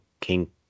king